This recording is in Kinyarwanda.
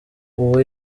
ubu